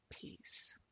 peace